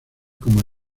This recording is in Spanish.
como